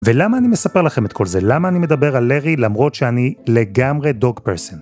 ולמה אני מספר לכם את כל זה, למה אני מדבר על לרי למרות שאני לגמרי דוג פרסן.